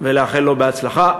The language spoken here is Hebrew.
ולאחל לו הצלחה.